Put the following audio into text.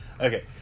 Okay